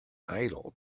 idol